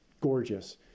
gorgeous